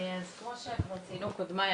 אז כמו שכבר ציינו קודמיי,